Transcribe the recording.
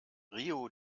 rio